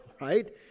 Right